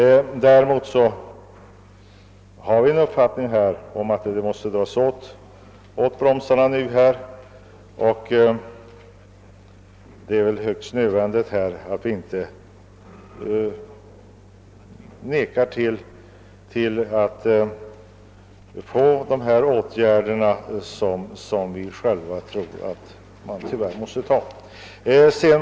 Men även vi har den uppfattningen att bromsarna nu måste dras till och att det är högst nödvändigt att de föreslagna åtgärderna vidtas, även om det är beklagligt att så måste ske.